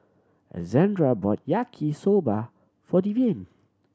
Alexandria bought Yaki Soba for Devyn